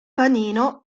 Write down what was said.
panino